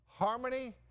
Harmony